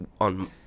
on